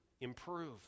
improve